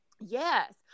Yes